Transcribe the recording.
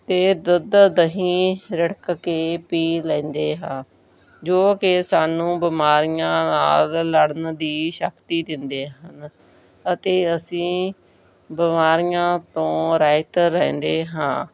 ਅਤੇ ਦੁੱਧ ਦਹੀਂ ਰਿੜਕ ਕੇ ਪੀ ਲੈਂਦੇ ਹਾਂ ਜੋ ਕਿ ਸਾਨੂੰ ਬਿਮਾਰੀਆਂ ਨਾਲ ਲੜਨ ਦੀ ਸ਼ਕਤੀ ਦਿੰਦੇ ਹਨ ਅਤੇ ਅਸੀਂ ਬਿਮਾਰੀਆਂ ਤੋਂ ਰਹਿਤ ਰਹਿੰਦੇ ਹਾਂ